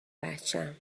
بچم